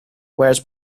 whereas